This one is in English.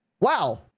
Wow